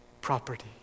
property